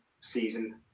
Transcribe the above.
season